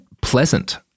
pleasant